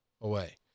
away